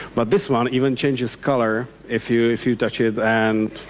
but this one even changes color if you if you touch it, and.